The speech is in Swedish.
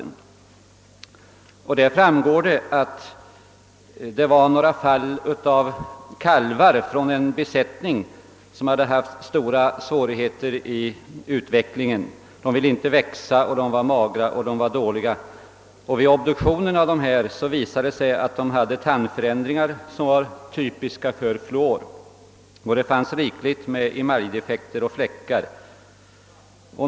Av skriften framgår att kalvar från en besättning hade haft stora utvecklingssvårigheter. De ville inte växa, de var magra och i dålig kondition. Vid obduktionen av kalvarna visade det sig att de hade tandförändringar som är typiska för skador orsakade av fluor; det fanns rikligt med emaljdefekter och fläckar.